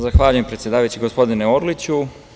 Zahvaljujem predsedavajući, gospodine Orliću.